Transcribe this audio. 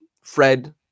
Fred